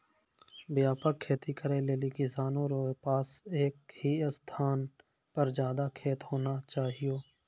व्यापक खेती करै लेली किसानो रो पास एक ही स्थान पर ज्यादा खेत होना चाहियो